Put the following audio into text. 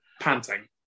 panting